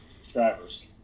Subscribers